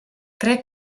crec